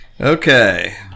Okay